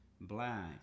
black